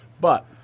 but-